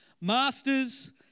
Masters